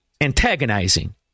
antagonizing